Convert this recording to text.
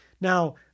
Now